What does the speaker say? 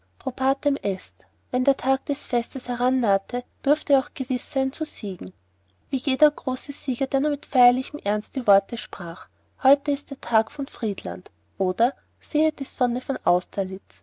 est wenn der tag des festes herannahte durfte er auch gewiß sein zu siegen wie jener große sieger der nur mit feierlichem ernst die worte sprach heute ist der tag von friedland oder sehet die sonne von austerlitz